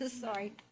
Sorry